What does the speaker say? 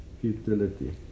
Futility